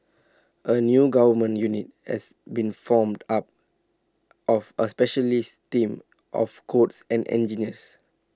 A new government unit has been formed up of A specialist team of codes and engineers